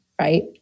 right